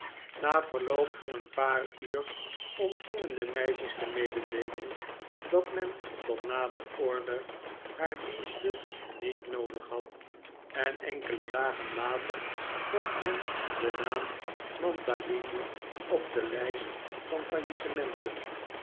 na verloop van een paar uur ontvingen de meisjes de mededeeling dat men tot nader order haar diensten niet noodig had en enkele dagen later vond men den naam mantalini op de lijst van faillissementen